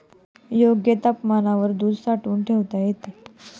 योग्य तापमानावर दूध साठवून ठेवता येते